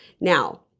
Now